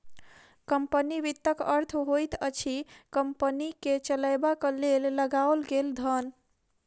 company वित्तक अर्थ होइत अछि कम्पनी के चलयबाक लेल लगाओल गेल धन